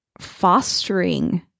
fostering